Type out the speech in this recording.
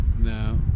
No